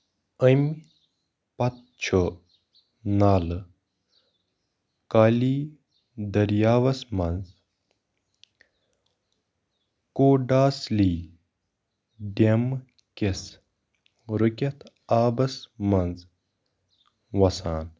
أمۍ پتہٕ چھُ نالہٕ کالی دریاوَس منٛز کوڈاسلی ڈٮ۪م کِس رُکتھ آبَس منٛز وَسان